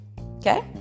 Okay